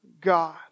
God